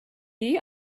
you